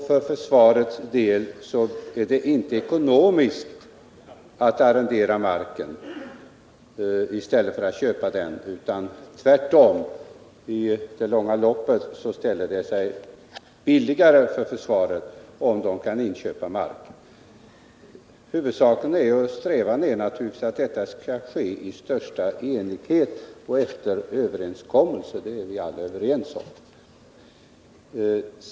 För försvarets del är det inte ekonomiskt att arrendera marken i stället för att köpa den. Tvärtom ställer det sig i det långa loppet billigare för försvaret, om det kan inköpa marken. Strävan är naturligtvis att detta skall ske i största enighet och efter överenskommelse. Det är vi alla överens om.